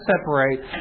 separate